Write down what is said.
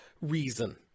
reason